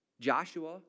Joshua